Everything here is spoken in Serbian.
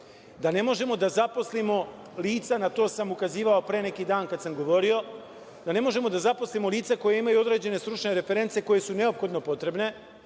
da ne možemo da zaposlimo lica, na to sam ukazivao pre neki dan kad sam govorio, da ne možemo da zaposlimo lica koja imaju određene stručne reference koje su neophodno potrebne